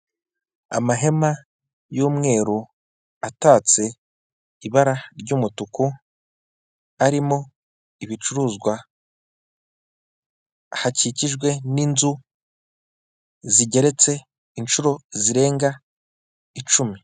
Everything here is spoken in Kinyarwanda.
Amahema y'umweru atatse ibara ry'umutuku arimo ibicuruzwa hakikijwe n'inzu zigeretse incuro zirenga icumi.